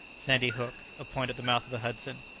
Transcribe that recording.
sandy hook, a point at the mouth of the hudson,